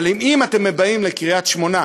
אבל אם אתם באים לקריית-שמונה,